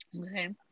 Okay